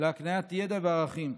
ולהקניית ידע וערכים.